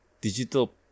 digital